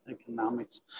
economics